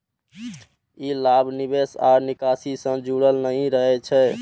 ई लाभ निवेश आ निकासी सं जुड़ल नहि रहै छै